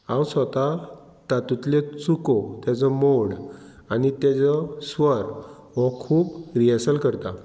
हांव स्वता तातूंतल्यो चुको तेजो मोड आनी तेजो स्वर हो खूब रियर्सल करता